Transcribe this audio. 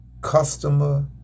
customer